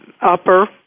upper